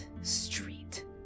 street